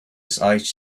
this